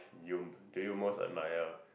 you do you most admire